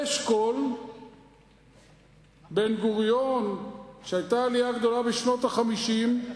אשכול, בן-גוריון, כשהיתה עלייה גדולה בשנות ה-50,